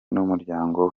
n’umuryango